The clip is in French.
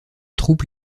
troupes